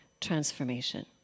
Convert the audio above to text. transformation